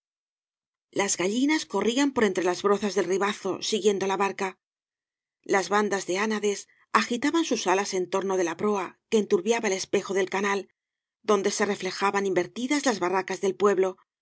las gallinas corrían por entra las brozas del ribazo siguiendo la barca las bandas de ánades agitaban sus alas en torno de la proa que enturbia ba el espejo del canal donde se reflejaban invertidas las barracas del pueblo